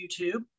YouTube